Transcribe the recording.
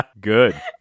Good